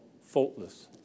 faultless